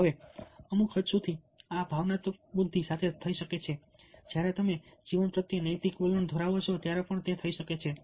હવે અમુક હદ સુધી આ ભાવનાત્મક બુદ્ધિ સાથે થઈ શકે છે અને જ્યારે તમે જીવન પ્રત્યે નૈતિક વલણ ધરાવો છો ત્યારે પણ તે થઈ શકે છે